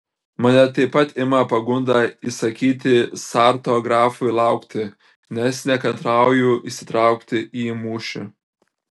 mane taip pat ima pagunda įsakyti sarto grafui laukti nes nekantrauju įsitraukti į mūšį